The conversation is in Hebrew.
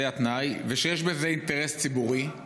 זה התנאי, ושיש בזה אינטרס ציבורי,